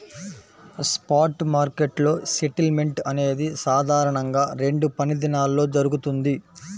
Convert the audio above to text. spot మార్కెట్లో settlement అనేది సాధారణంగా రెండు పనిదినాల్లో జరుగుతది,